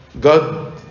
God